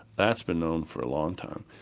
that's been known for a long time.